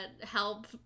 help